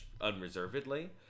unreservedly